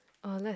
uh let's